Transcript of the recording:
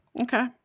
okay